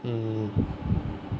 mm